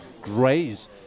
graze